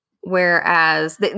whereas